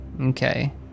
Okay